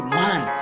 man